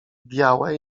białe